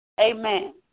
Amen